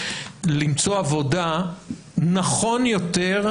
למצוא עבודה נכון יותר,